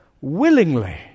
willingly